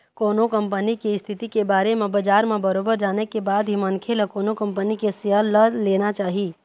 कोनो कंपनी के इस्थिति के बारे म बजार म बरोबर जाने के बाद ही मनखे ल कोनो कंपनी के सेयर ल लेना चाही